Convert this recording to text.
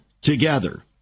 together